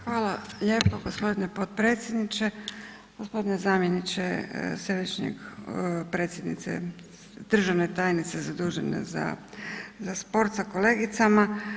Hvala lijepo gospodine potpredsjedniče, gospodine zamjeniče središnjeg, predsjednice, državne tajnice zadužene za sport sa kolegicama.